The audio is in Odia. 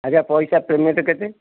ଆଜ୍ଞା ପଇସା ପେମେଣ୍ଟ୍ କେତେ